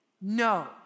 No